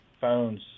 phones